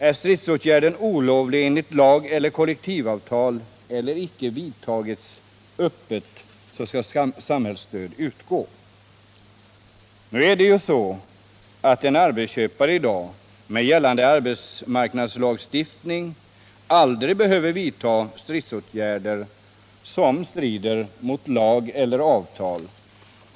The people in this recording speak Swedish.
Är stridsåtgärden olovlig enligt lag eller kollektivavtal eller icke vidtages öppet, skall samhällsstöd utgå. Nu är det emellertid så att en arbetsköpare i dag med gällande arbetsmarknadslagstiftning aldrig behöver vidta några stridsåtgärder som strider mot lagar eller avtal.